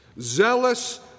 zealous